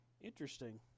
Interesting